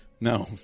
No